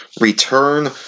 return